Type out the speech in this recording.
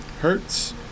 hertz